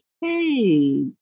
hey